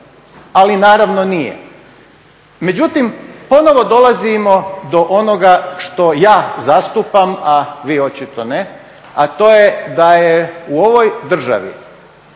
ali naravno nije. Međutim ponovo dolazimo do onoga što ja zastupam, a vi očito ne, a to je da je u ovoj državi